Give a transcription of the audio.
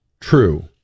true